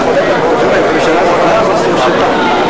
סיעות בל"ד רע"ם-תע"ל חד"ש להביע אי-אמון בממשלה לא נתקבלה.